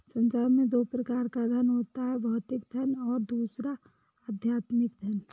संसार में दो प्रकार का धन होता है भौतिक धन और दूसरा आध्यात्मिक धन